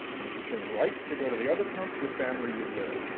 and if you turn right to go to the other pump your family will live.